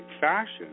fashion